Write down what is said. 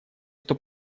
что